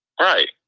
Right